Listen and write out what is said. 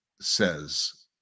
says